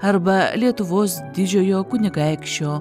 arba lietuvos didžiojo kunigaikščio